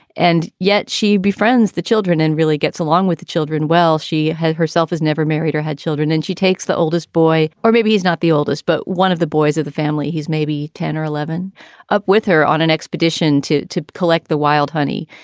and yet she befriends the children and really gets along with the children. well, she has herself has never married or had children, and she takes the oldest boy. or maybe he's not the oldest, but one of the boys of the family. he's maybe ten or eleven up with her on an expedition to to collect the wild honey.